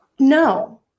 No